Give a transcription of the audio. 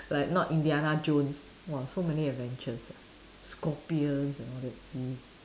like not Indiana Jones !wah! so many adventures ah scorpions and all that !ee!